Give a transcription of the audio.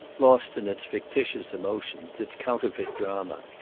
lost in its fictitious emotions, its counterfeit drama.